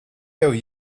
tev